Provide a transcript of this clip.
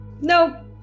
No